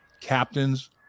captains